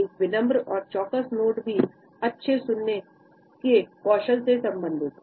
एक विनम्र और चौकस नोड भी अच्छे सुनने के कौशल से संबंधित है